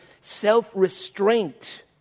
self-restraint